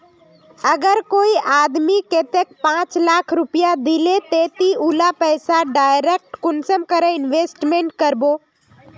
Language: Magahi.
अगर कोई आदमी कतेक पाँच लाख रुपया दिले ते ती उला पैसा डायरक कुंसम करे इन्वेस्टमेंट करबो?